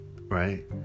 right